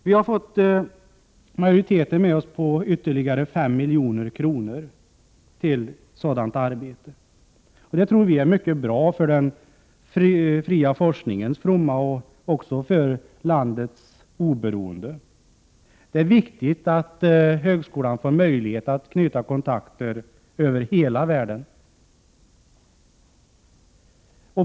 Vi har fått majoriteten med oss på att anslå ytterligare 5 milj.kr. till sådant arbete, vilket är mycket är bra för den fria forskningens fromma och och också för landets oberoende. Det är viktigt att högskolan ges möjlighet att knyta kontakter över hela världen.